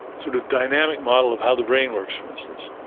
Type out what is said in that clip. sort of dynamic model of how the brain works, for instance,